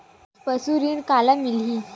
पशु ऋण काला मिलही?